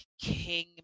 king